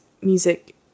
music